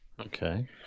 okay